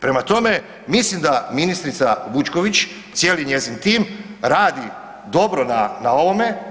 Prema tome, mislim da ministrica Vučković i cijeli njezin tim radi dobro na, na ovome.